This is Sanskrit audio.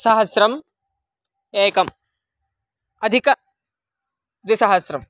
सहस्रम् एकम् अधिकद्विसहस्रम्